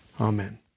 Amen